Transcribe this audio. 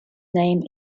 name